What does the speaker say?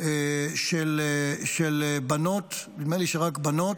של בנות צעירות, נדמה לי שרק בנות,